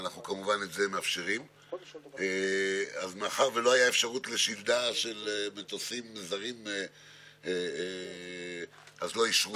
אותך על אותם מים, על הרכב שלך, על האוכל שאכלת.